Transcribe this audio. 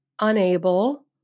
unable